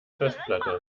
festplatte